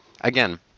Again